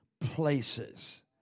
places